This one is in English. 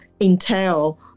entail